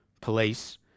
police